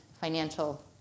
financial